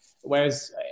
Whereas